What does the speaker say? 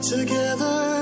Together